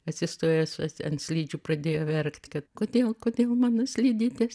atsistojęs ant slidžių pradėjo verkt kad kodėl kodėl mano slidytės